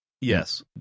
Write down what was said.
Yes